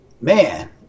man